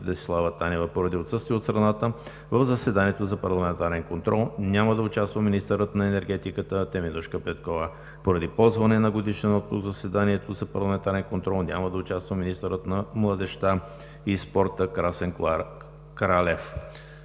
Десислава Танева. Поради отсъствие от страната в заседанието за парламентарен контрол няма да участва министърът на енергетиката Теменужка Петкова. Поради ползване на годишен отпуск в заседанието за парламентарен контрол няма да участва министърът на младежта и спорта Красен Кралев.